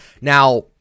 Now